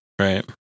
Right